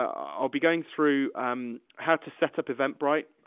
um i'll be going through um how to set up eventbrite,